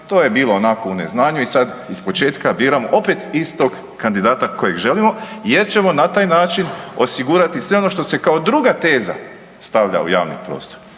to je bilo, onako, u neznanju i sad ispočetka biramo opet istog kandidata kojeg želimo jer ćemo na taj način osigurati sve ono što se kao druga teza stavlja u javni prostor,